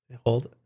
hold